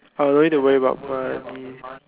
or don't need to worry about money